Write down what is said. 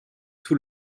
sous